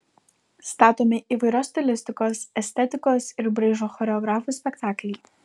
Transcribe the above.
statomi įvairios stilistikos estetikos ir braižo choreografų spektakliai